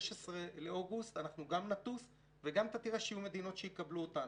ב-16 באוגוסט אנחנו גם נטוס וגם אתה תראה שיהיו מדינות שיקבלנו אותנו.